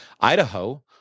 Idaho